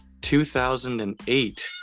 2008